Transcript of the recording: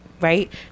Right